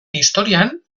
historian